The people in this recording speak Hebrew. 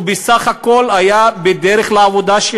הוא בסך הכול היה בדרך לעבודה,